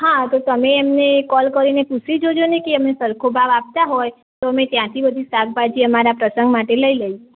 હા તો તમે એમને કોલ કરીને પૂછી જોજોને કે અમને સરખો ભાવ આપતા હોય તો અમે ત્યાંથી બધી શાકભાજી અમારા પ્રસંગ માટે લઈ લઈએ